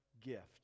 gift